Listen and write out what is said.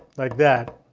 like that